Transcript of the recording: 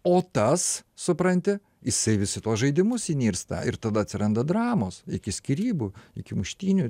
o tas supranti jisai vis į tuos žaidimus įnirsta ir tada atsiranda dramos iki skyrybų iki muštynių